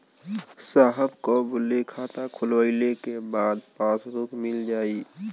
साहब कब ले खाता खोलवाइले के बाद पासबुक मिल जाई?